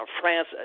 France